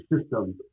system